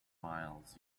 miles